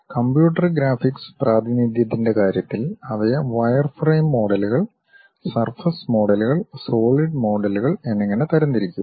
computer graphics പ്രാതിനിധ്യത്തിന്റെ കാര്യത്തിൽ അവയെ വയർഫ്രെയിം മോഡലുകൾ സർഫസ് മോഡലുകൾ സോളിഡ് മോഡലുകൾ എന്നിങ്ങനെ തരംതിരിക്കും